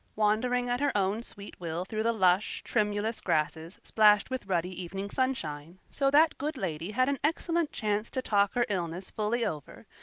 wandering at her own sweet will through the lush, tremulous grasses splashed with ruddy evening sunshine so that good lady had an excellent chance to talk her illness fully over,